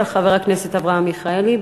של חבר הכנסת אברהם מיכאלי.